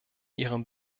ihrem